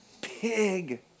Pig